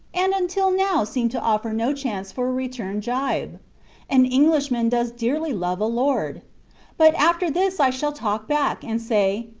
and until now seemed to offer no chance for a return jibe an englishman does dearly love a lord but after this i shall talk back, and say,